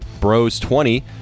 BROS20